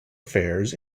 affairs